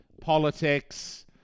politics